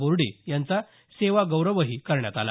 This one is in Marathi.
बोर्डे यांचा सेवागौरवही करण्यात आला